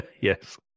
yes